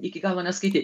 iki galo neskaitei